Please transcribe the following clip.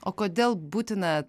o kodėl būtina